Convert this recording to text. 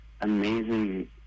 amazing